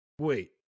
Wait